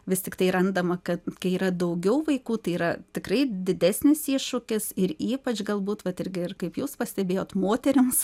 vis tiktai randama kad kai yra daugiau vaikų tai yra tikrai didesnis iššūkis ir ypač galbūt vat irgi ir kaip jūs pastebėjot moterims